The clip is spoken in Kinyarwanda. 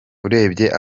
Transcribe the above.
urebye